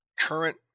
current